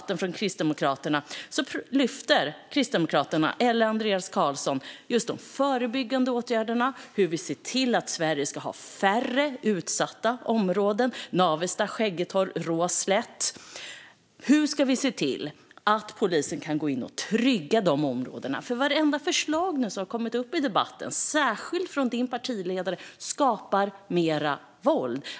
Kristdemokraterna och Andreas Carlson lyfter inte någonstans fram de förebyggande åtgärderna och hur vi ser till att Sverige ska ha färre utsatta områden, som Navestad, Skäggetorp och Råslätt. Hur ska vi se till att polisen kan gå in och trygga dessa områden? Vartenda förslag som nu har kommit upp i debatten, särskilt förslag från din partiledare, skapar mer våld.